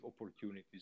opportunities